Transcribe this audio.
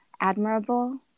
admirable